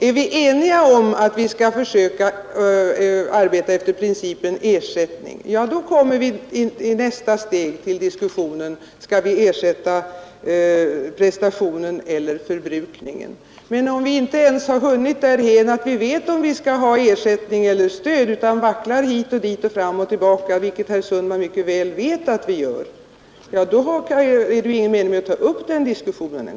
Är vi eniga om att vi skall försöka arbeta efter principen ersättning, får vi i nästa steg diskutera frågan: Skall vi ersätta prestationen eller förbrukningen? Men om vi inte ens har hunnit därhän att vi vet om vi skall ha ersättning eller stöd utan vacklar hit och dit och fram och tillbaka, vilket herr Sundman mycket väl vet att vi gör, då är det ingen mening med att ta upp den diskussionen.